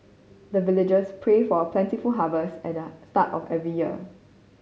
the villagers pray for plentiful harvest at the start of every year